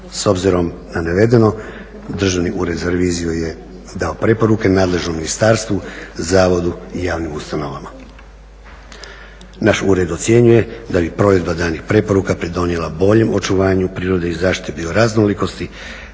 S obzirom na navedeno Državni ured za reviziju je dao preporuke nadležnom ministarstvu, zavodu i javnim ustanovama. Naš ured ocjenjuje da bi provedba daljnjih preporuka pridonijela boljem očuvanju prirode i zaštite bioraznolikosti